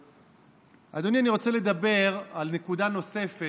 אדוני, אני רוצה לדבר על נקודה נוספת.